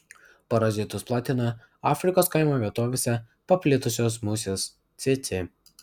parazitus platina afrikos kaimo vietovėse paplitusios musės cėcė